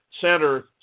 center